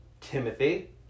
Timothy